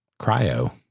cryo